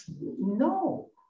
no